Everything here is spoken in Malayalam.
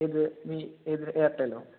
ഏത് എയർടെല്ലോ